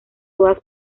todas